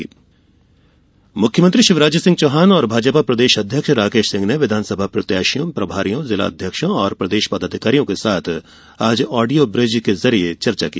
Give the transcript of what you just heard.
audio bridge मुख्यमंत्री शिवराज सिंह चौहान और प्रदेश अध्यक्ष तथा सांसद राकेश सिंह ने विधानसभा प्रत्याशियों प्रभारियों जिलाध्यक्षों तथा प्रदेश पदाधिकारियों के साथ आडियो ब्रिज के जरिए आज चर्चा की